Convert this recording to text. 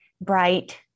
bright